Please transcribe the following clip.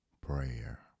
Prayer